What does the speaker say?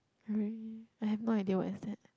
really I have no idea what is that